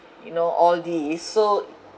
you know all this so